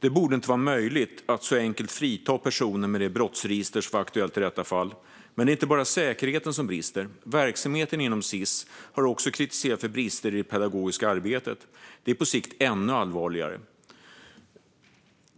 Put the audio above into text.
Det borde inte vara möjligt att så enkelt frita personer med det brottsregister som var aktuellt i detta fall. Det är dock inte bara säkerheten som brister. Verksamheten inom Sis har också kritiserats för brister i det pedagogiska arbetet. Det är på sikt ännu allvarligare.